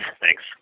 Thanks